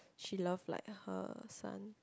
she love like her son